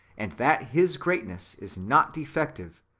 and that his greatness is not defective,